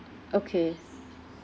okay